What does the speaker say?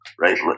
right